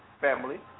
family